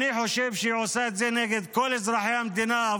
אני חושב שהיא עושה את זה נגד כל אזרחי המדינה,